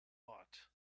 bought